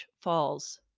Falls